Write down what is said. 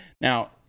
Now